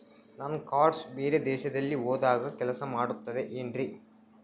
ನನ್ನ ಕಾರ್ಡ್ಸ್ ಬೇರೆ ದೇಶದಲ್ಲಿ ಹೋದಾಗ ಕೆಲಸ ಮಾಡುತ್ತದೆ ಏನ್ರಿ?